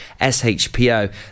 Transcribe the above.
shpo